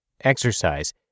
exercise